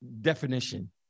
definition